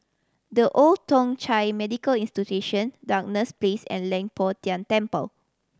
The Old Thong Chai Medical Institution Duchess Place and Leng Poh Tian Temple